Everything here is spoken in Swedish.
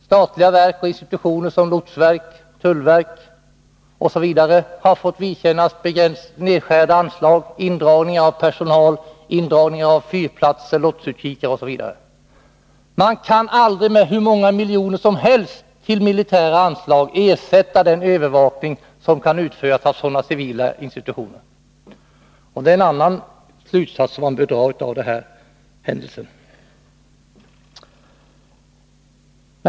Statliga verk och institutioner såsom lotsverket, tullverket osv. har fått vidkännas nedskärda anslag, indragning av personal, indragning av fyrplatser, lotsutkikar osv. Man kan inte med aldrig så många miljoner till militära anslag, ersätta den övervakning som kan utföras av sådana civila institutioner. Det är en annan slutsats som man bör dra av denna händelse.